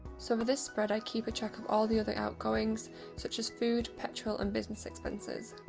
so for this spread i keep a track of all the other outgoings such as food, petrol, and business expenses.